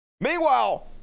meanwhile